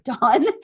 on